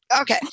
Okay